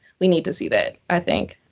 we need to see that, i think.